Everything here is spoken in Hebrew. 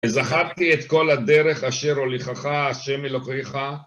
זכרתי את כל הדרך אשר הוליכך, השם אלוקיך.